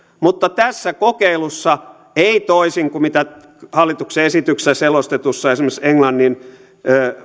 mutta tässä kokeilussa ei toisin kuin esimerkiksi hallituksen esityksessä selostetussa englannin